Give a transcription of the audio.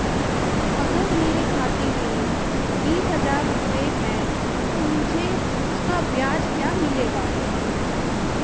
अगर मेरे खाते में बीस हज़ार रुपये हैं तो मुझे उसका ब्याज क्या मिलेगा?